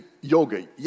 yoga